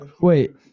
Wait